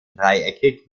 dreieckig